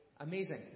Amazing